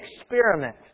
experiment